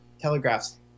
telegraphs